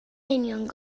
union